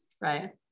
Right